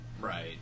Right